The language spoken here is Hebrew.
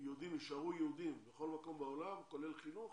יישארו יהודים בכל מקום בעולם, כולל חינוך,